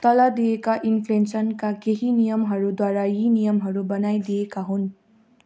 तल दिइएका इन्फ्लेक्सनका केही नियमहरूद्वारा यी नियमहरू बनाइदिएका हुन्